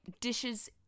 dishes